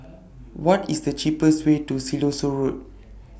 What IS The cheapest Way to Siloso Road